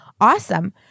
Awesome